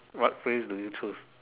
what phrase do you choose